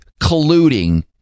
colluding